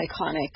iconic